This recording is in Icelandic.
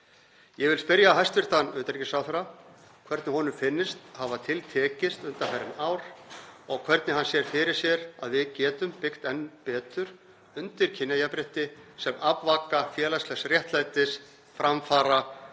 Ég vil spyrja hæstv. utanríkisráðherra hvernig honum finnist hafa til tekist undanfarin ár og hvernig hann sér fyrir sér að við getum byggt enn betur undir kynjajafnrétti sem aflvaka félagslegs réttlætis, framfara og